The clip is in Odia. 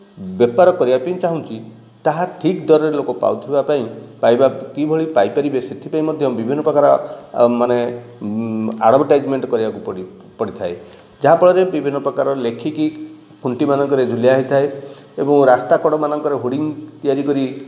ବେପାର କରିବା ପାଇଁ ଚାହୁଁଛି ତାହା ଠିକ୍ ଦରରେ ଲୋକ ପାଉଥିବା ପାଇଁ ପାଇବା କିଭଳି ପାଇପାରିବେ ସେଥିପାଇଁ ମଧ୍ୟ ବିଭିନ୍ନ ପ୍ରକାର ମାନେ ଆଡ଼ଭର୍ଟାଇଜମେଣ୍ଟ କରିବାକୁ ପଡ଼ି ପଡ଼ିଥାଏ ଯାହାଫଳରେ ବିଭିନ୍ନ ପ୍ରକାର ଲେଖିକି ଖୁଣ୍ଟି ମାନଙ୍କରେ ଝୁଲା ହେଇଥାଏ ଏବଂ ରାସ୍ତା କଡ଼ ମାନଙ୍କରେ ହୋଡ଼ିଙ୍ଗ ତିଆରି କରି